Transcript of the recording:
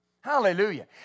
Hallelujah